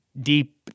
deep